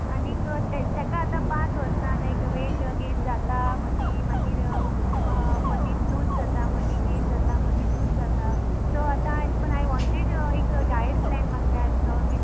आनीक ते तेका आतां पांच वर्सां लायक वेट गेन जाता म्हाजी मागीर मदींत लूज जाता मदीं गेन जाता मदीं लूज जाता सो आतां एश कोन आय वॉण्टेड एक डायट प्लॅन म्हाका जाय आसलो वि